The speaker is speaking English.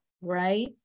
right